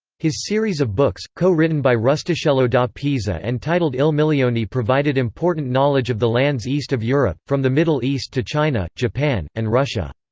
his series of books, co-written by rustichello da pisa and titled il milione provided important knowledge of the lands east of europe, from the middle east to china, japan, and russia.